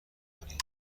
کنی